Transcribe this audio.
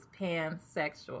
pansexual